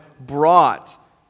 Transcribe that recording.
brought